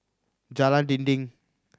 Jalan Dinding